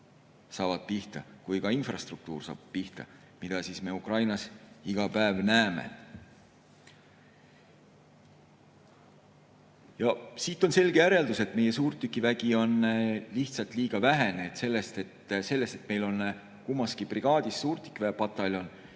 saavad pihta kui ka infrastruktuur saab pihta, mida me Ukrainas iga päev näeme. Siit on selge järeldus, et meie suurtükivägi on lihtsalt liiga vähene. See, et meil on kummaski brigaadis suurtükiväepataljon